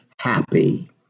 happy